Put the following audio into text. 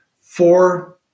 four